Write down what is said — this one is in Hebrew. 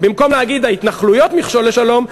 במקום להגיד: ההתנחלויות מכשול לשלום,